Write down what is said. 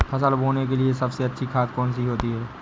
फसल बोने के लिए सबसे अच्छी खाद कौन सी होती है?